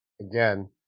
again